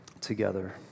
together